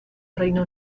reino